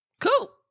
Cool